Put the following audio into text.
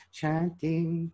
chanting